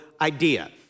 idea